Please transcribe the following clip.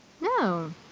No